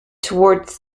towards